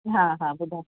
हा हा ॿुधायो